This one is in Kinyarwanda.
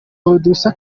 producer